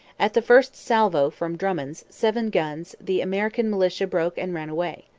at the first salvo from drummond's seven guns the american militia broke and ran away.